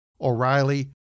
O'Reilly